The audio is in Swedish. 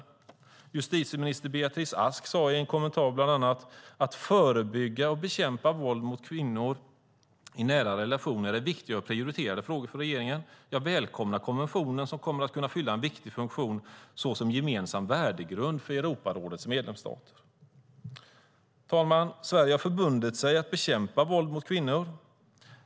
I en kommentar sade justitieminister Beatrice Ask bland annat följande: "Att förebygga och bekämpa våld mot kvinnor och våld i nära relationer är viktiga och prioriterade frågor för regeringen. Jag välkomnar konventionen som kommer att kunna fylla en viktig funktion såsom gemensam värdegrund för Europarådets medlemsstater." Herr talman! Sverige har förbundit sig att bekämpa våld mot kvinnor.